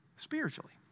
Spiritually